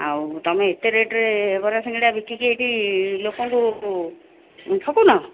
ଆଉ ତମେ ଏତେ ରେଟ୍ରେ ବରା ସିଙ୍ଗଡ଼ା ବିକିକି ଏଠି ଲୋକଙ୍କୁ ଠକୁନ